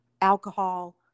alcohol